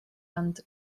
ond